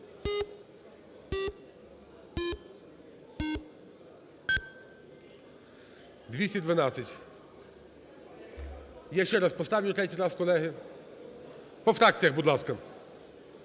За-212 Я ще раз поставлю, третій раз, колеги. По фракціях, будь ласка: